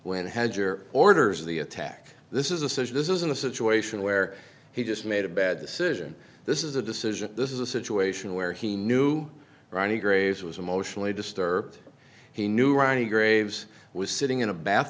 when hedger orders the attack this is a cinch this isn't a situation where he just made a bad decision this is a decision this is a situation where he knew ronnie graves was emotionally disturbed he knew ronnie graves was sitting in a bath